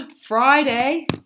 Friday